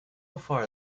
far